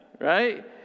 Right